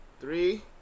three